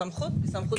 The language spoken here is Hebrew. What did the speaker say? הסמכות היא של שר הפנים.